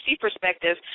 perspective